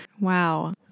Wow